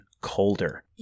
colder